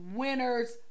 winner's